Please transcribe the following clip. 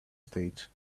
stage